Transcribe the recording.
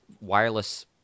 wireless